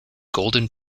golden